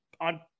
on